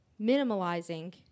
minimalizing